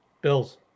Bills